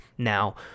Now